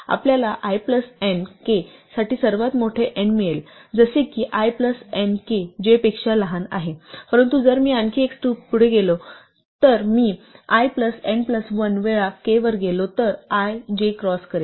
आपल्याला in k साठी सर्वात मोठे n मिळेल जसे की in k j पेक्षा लहान आहे परंतु जर मी आणखी एक स्टेप पुढे गेलो जर मी in1 वेळा k वर गेलो तर i j क्रॉस करेल